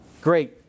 Great